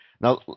Now